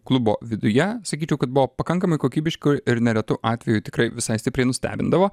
klubo viduje sakyčiau kad buvo pakankamai kokybišku ir neretu atveju tikrai visai stipriai nustebindavo